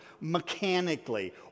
mechanically